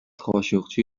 خاشقچی